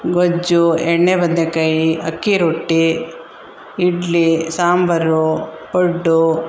ಗೊಜ್ಜು ಎಣ್ಣೆ ಬದನೆಕಾಯಿ ಅಕ್ಕಿ ರೊಟ್ಟಿ ಇಡ್ಲಿ ಸಾಂಬರು ಪಡ್ಡು